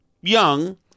young